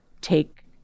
take